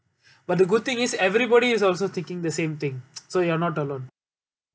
but the good thing is everybody is also thinking the same thing so you're not alone